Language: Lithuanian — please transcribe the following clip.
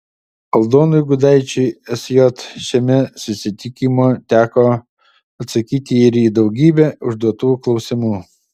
aldonui gudaičiui sj šiame susitikime teko atsakyti ir į daugybę užduotų klausimų